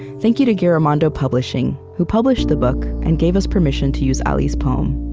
thank you to giramondo publishing, who published the book and gave us permission to use ali's poem.